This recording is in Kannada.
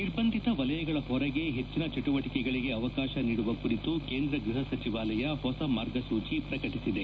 ನಿರ್ಬಂಧಿತ ವಲಯಗಳ ಹೊರಗೆ ಹೆಚ್ಚಿನ ಚಟುವಟಿಕೆಗಳಿಗೆ ಅವಕಾಶ ನಿಡುವ ಕುರಿತು ಕೇಂದ್ರ ಗ್ಬಹ ಸಚಿವಾಲಯ ಹೊಸ ಮಾರ್ಗಸೂಚೆಯನ್ನು ಪ್ರಕಟಿಸಿದೆ